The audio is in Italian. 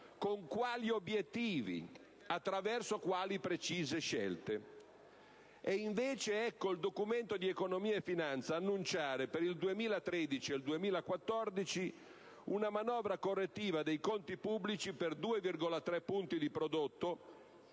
con quali obiettivi e attraverso quali precise scelte. Ecco invece il DEF annunciare per il 2013 ed il 2014 una manovra correttiva dei conti pubblici per 2,3 punti di prodotto,